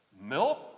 milk